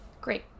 Great